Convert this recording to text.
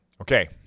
Okay